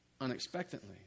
unexpectedly